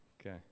Okay